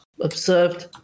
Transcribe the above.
observed